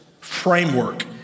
framework